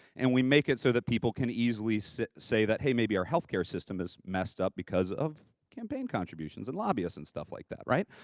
and we make it so that people can easily so say, that hey, maybe our health care system is messed up because of campaign contributions and lobbyists and stuff like that, right?